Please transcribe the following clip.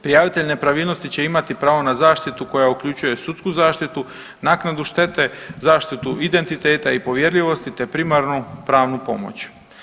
Prijavitelj nepravilnosti će imati pravo na zaštitu koja uključuje sudsku zaštitu, naknadu štete, zaštitu identiteta i povjerljivosti, te primarnu pravnu pomoć.